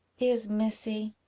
is, missy,